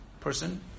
person